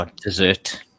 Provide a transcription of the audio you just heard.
dessert